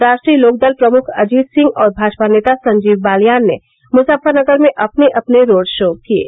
राष्ट्रीय लोकदल प्रमुख अजित सिंह और भाजपा नेता संजीव बालियान ने मुजफ्फरनगर में अपने अपने रोड शो किये